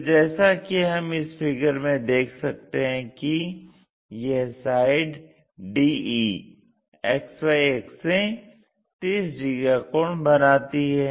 तो जैसा कि हम इस फिगर में देख सकते हैं कि यह साइड de XY अक्ष से 30 डिग्री का कोण बनाती है